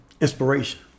Inspiration